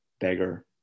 beggar